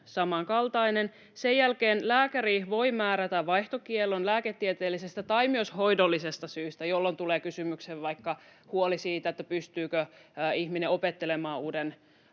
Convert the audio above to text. samankaltainen. Sen jälkeen lääkäri voi määrätä vaihtokiellon lääketieteellisestä tai myös hoidollisesta syystä, jolloin tulee kysymykseen vaikka huoli siitä, pystyykö ihminen opettelemaan uuden